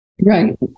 Right